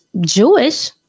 Jewish